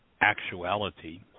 actuality